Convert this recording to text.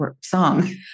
song